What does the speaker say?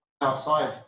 outside